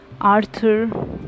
arthur